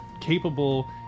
capable